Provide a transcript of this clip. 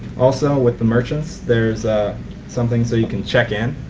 also with the merchants there's ah something so you can check in.